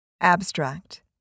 Abstract